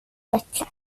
bättre